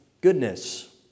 goodness